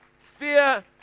Fear